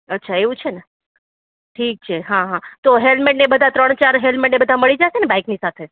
અચ્છા એવું છે ને ઠીક છે હા હા તો હેલમેટ ને એ બધા ત્રણ ચાર હેલમેટ એ બધા મળી જશે ને બાઈકની સાથે